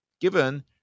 given